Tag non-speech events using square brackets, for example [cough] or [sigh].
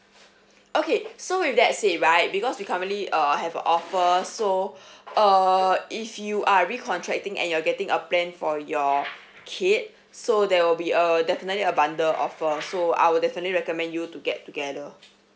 okay so with that said right because we commonly uh have a offer so [breath] err if you are recontracting and you're getting a plan for your kid so there will be a definitely a bundle offer so I will definitely recommend you to get together